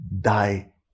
die